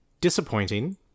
disappointing